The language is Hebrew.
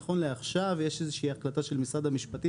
נכון לעכשיו יש איזושהי החלטה של משרד המשפטים